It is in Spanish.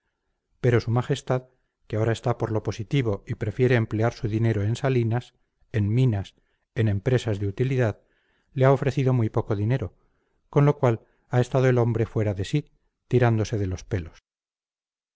pero su majestad que ahora está por lo positivo y prefiere emplear su dinero en salinas en minas en empresas de utilidad le ha ofrecido muy poco dinero con lo cual ha estado el hombre fuera de sí tirándose de los pelos